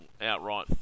outright